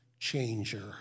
changer